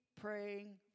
praying